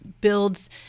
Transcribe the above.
builds